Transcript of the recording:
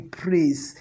praise